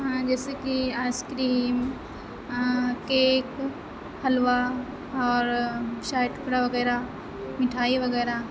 ہاں جیسے کہ آئس کریم کیک حلوا اور شاہی ٹکڑا وغیرہ میٹھائی وغیرہ